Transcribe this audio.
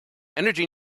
energy